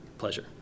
pleasure